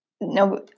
no